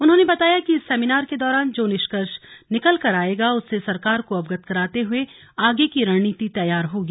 उन्होंने बताया कि इस सेमिनार के दौरान जो निष्कर्ष निकल कर आएगा उससे सरकार को अवगत कराते हुए आगे की रणनीति तैयार होगी